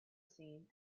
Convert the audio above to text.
seen